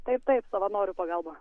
taip taip savanorių pagalba